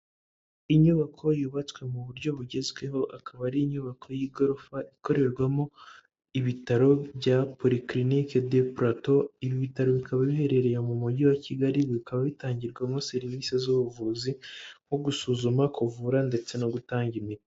Inyubako yubatswe mu buryo bugezweho, akaba ari inyubako y'igorofa ikorerwamo ibitaro bya Polyclinique de Plateau. Ibi bitaro bikaba biherereye mu Mujyi wa Kigali, bikaba bitangirwamo serivisi z'ubuvuzi nko gusuzuma, kuvura ndetse no gutanga imiti.